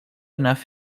enough